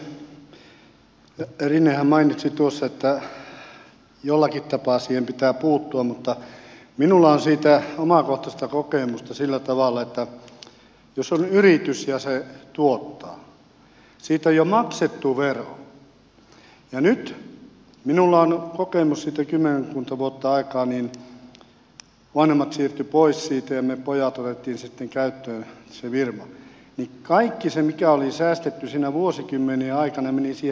rinnehän mainitsi tuossa että jollakin tapaa siihen pitää puuttua mutta minulla on siitä omakohtaista kokemusta sillä tavalla että jos on yritys ja se tuottaa siitä on jo maksettu vero ja minulla on kokemus siitä on kymmenkunta vuotta aikaa kun vanhemmat siirtyivät pois siitä ja me pojat otimme sitten käyttöön sen firman niin kaikki se mikä oli säästetty siinä vuosikymmenien aikana meni siihen veroon